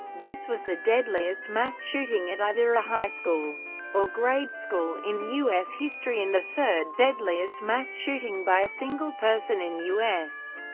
this was the deadliest mass shooting at either a high school or grade school in u s. history and the third-deadliest mass shooting by a single person in u s.